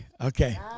okay